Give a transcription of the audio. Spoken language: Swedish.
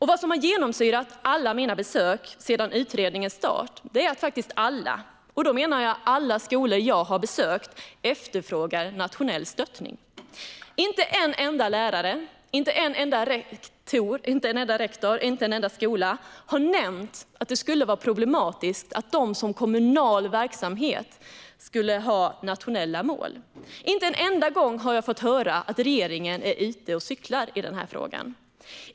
Något som har genomsyrat alla mina besök sedan utredningens start är att alla skolor jag har besökt efterfrågar nationell stöttning. Inte en enda lärare, rektor eller skola har nämnt att det skulle vara problematiskt för dem som kommunal verksamhet att ha nationella mål. Inte en enda gång har jag fått höra att regeringen är ute och cyklar i denna fråga.